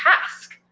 task